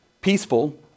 peaceful